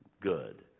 good